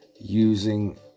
using